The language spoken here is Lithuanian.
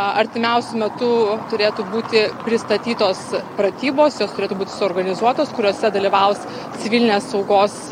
artimiausiu metu turėtų būti pristatytos pratybos jos turėtų būti suorganizuotos kuriose dalyvaus civilinės saugos